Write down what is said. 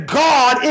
god